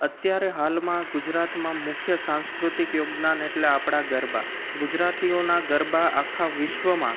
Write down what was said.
અત્યારે હાલમાં ગુજરાતમાં મુખ્ય સાંસ્કૃતિક યોગદાન એટલે આપણા ગરબા ગુજરાતીઓના ગરબા આખા વિશ્વમાં